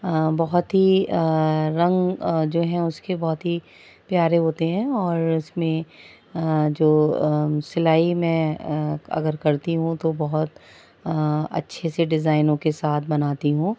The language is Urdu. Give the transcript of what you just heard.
بہت ہی رنگ جو ہیں اس کے بہت ہی پیارے ہوتے ہیں اور اس میں جو سلائی میں اگر کرتی ہوں تو بہت اچھے سے ڈیزائنوں کے ساتھ بناتی ہوں